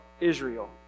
Israel